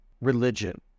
religion